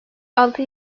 altı